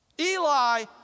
Eli